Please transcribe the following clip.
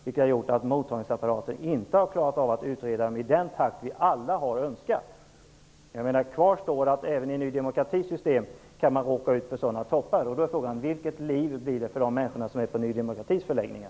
Det har medfört att mottagningsapparaten inte har klarat av att utreda ärendena i den takt som vi alla skulle ha önskat. Även i Ny demokratis system kan man råka ut för sådana toppar. Hur blir livet för människorna på Ny demokratis förläggningar?